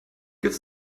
give